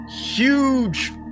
huge